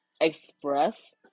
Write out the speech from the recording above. express